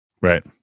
Right